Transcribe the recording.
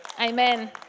Amen